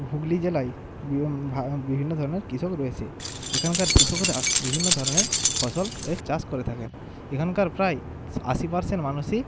হুগলি জেলায় বি ভা বিভিন্ন ধরনের কৃষক রয়েছে এখানকার কৃষকরা বিভিন্ন ধরনের ফসলের চাষ করে থাকেন এখানকার প্রায় আশি পারসেন্ট মানুষই